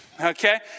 okay